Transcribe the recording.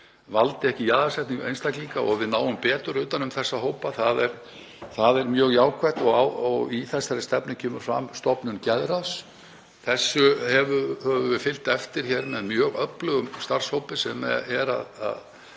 valdi ekki jaðarsetningu einstaklinga og að við náum betur utan um þessa hópa. Það er mjög jákvætt. Í þessari stefnu kemur stofnun geðráðs fram. Þessu höfum við fylgt eftir með mjög öflugum starfshóp sem er að